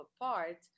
apart